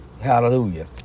Hallelujah